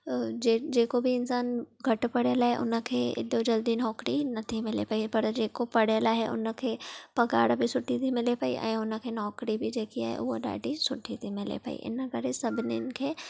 जेको बि इंसान घटि पढ़ियल आहे उन खे एॾो जल्दी नोकरी नथी मिले पई पर जेको पढ़ियल आहे उन खे पघार बि सुठी थी मिले पई ऐं उन खे नोकरी बि जेकी आहे हूअ ॾाढी सुठी थी मिले पई इन करे सभिनीन खे